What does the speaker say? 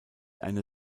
eine